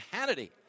Hannity